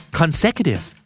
consecutive